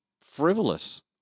frivolous